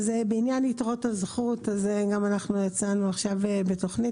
בעניין יתרות הזכות גם אנחנו יצאנו עכשיו בתוכנית.